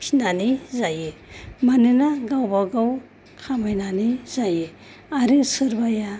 फिसिनानै जायो मानोना गावबागाव खामायनानै जायो आरो सोरबाया